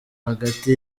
hagati